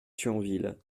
thionville